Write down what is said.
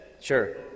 Sure